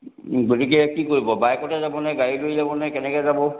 গতিকে কি কৰিব বাইকতে যাব নে গাড়ী লৈ যাব নে কেনেকৈ যাব